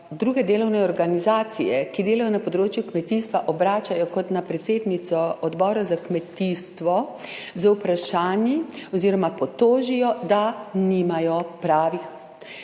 druge delovne organizacije, ki delajo na področju kmetijstva, obračajo kot na predsednico odbora za kmetijstvo z vprašanji oziroma potožijo, da nimajo pravih